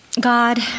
God